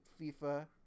FIFA